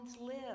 live